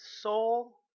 soul